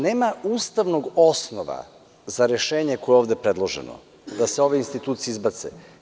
Nema ustavnog osnova za rešenje koje je ovde predloženo, da se ove institucije izbace.